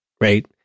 right